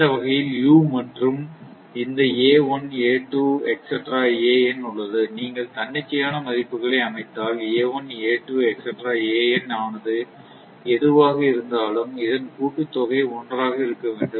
இந்த வகையில் u மற்றும் இந்த உள்ளது நீங்கள் தன்னிச்சையான மதிப்புகளை அமைத்தால் ஆனது எதுவாக இருந்தாலும இதன் கூட்டு தொகை 1 ஆக இருக்க வேண்டும்